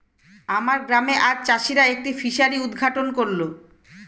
আমার গ্রামে আজ চাষিরা একটি ফিসারি উদ্ঘাটন করল